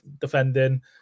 defending